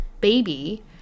baby